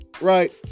Right